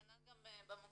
כנ"ל גם במוקד